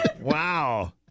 Wow